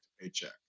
paycheck